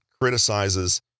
criticizes